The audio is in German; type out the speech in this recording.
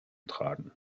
tragen